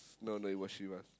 no no it was Chivas